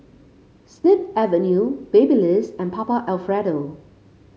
Snip Avenue Babyliss and Papa Alfredo